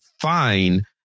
fine